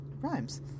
Rhymes